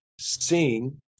seeing